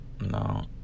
No